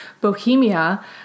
Bohemia